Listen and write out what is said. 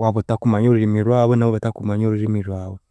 waaba otakumanya orurimi rwabo nabo batakumanya orurimi rwawe